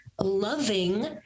loving